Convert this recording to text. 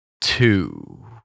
two